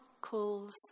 calls